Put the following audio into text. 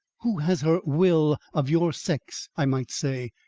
who has her will of your sex, i might say.